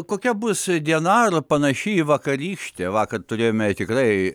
kokia bus diena ar panaši į vakarykštę vakar turėjome tikrai